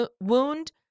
wound